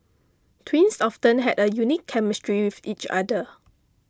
twins often have a unique chemistry with each other